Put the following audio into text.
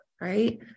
Right